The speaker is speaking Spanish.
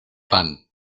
pan